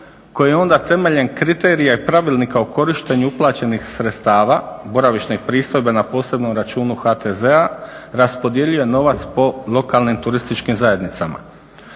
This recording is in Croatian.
koje onda temeljem kriterija i pravilnika o korištenju uplaćenih sredstava boravišne pristojbe na posebnom računu HTZ-a raspodjeljuje novac po lokalnim turističkim zajednicama.